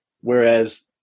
whereas